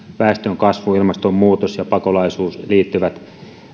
väestönkasvu ilmastonmuutos ja pakolaisuus liittyvät